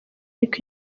ariko